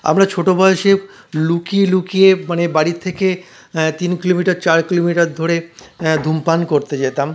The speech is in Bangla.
আমরা ছোটো বয়সে লুকিয়ে লুকিয়ে মানে বাড়ি থেকে তিন কিলোমিটার চার কিলোমিটার ধরে ধূমপান করতে যেতাম